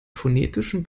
phonetischen